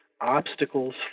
obstacles